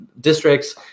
districts